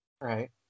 Right